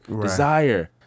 desire